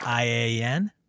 IAN